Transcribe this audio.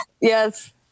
Yes